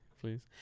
please